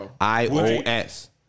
I-O-S